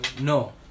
No